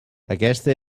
aquesta